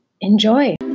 Enjoy